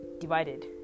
divided